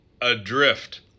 adrift